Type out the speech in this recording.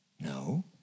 No